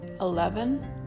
eleven